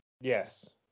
Yes